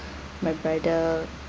my brother